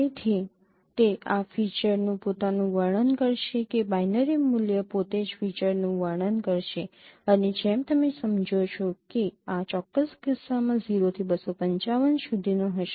તેથી તે આ ફીચરનું પોતાનું વર્ણન કરશે કે બાઈનરી મૂલ્ય પોતે જ ફીચર્સનું વર્ણન કરશે અને જેમ તમે સમજો છો કે આ ચોક્કસ કિસ્સામાં 0 થી ૨૫૫ સુધીનો હશે